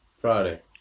Friday